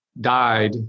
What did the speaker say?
died